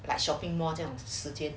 like shopping mall 这种时间